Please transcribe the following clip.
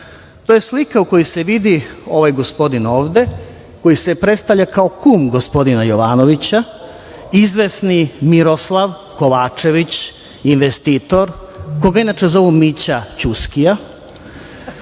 To je slika na kojoj se vidi ovaj gospodin ovde koji se predstavlja kao kum gospodina Jovanovića, izvesni Miroslav Kovačević, investitor, koga inače zovu Mića Ćuskija,